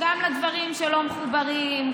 גם לדברים שלא מחוברים,